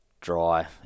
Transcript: dry